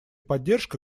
поддержка